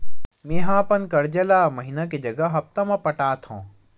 मेंहा अपन कर्जा ला महीना के जगह हप्ता मा पटात हव